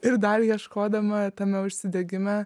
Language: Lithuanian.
ir dar ieškodama tame užsidegime